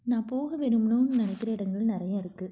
நான் போக விரும்பணும்னு நினைக்கற இடங்கள் நிறைய இருக்குது